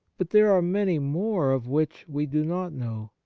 but there are many more of which we do not know.